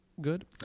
good